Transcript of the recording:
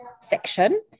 section